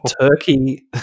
turkey